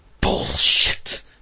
bullshit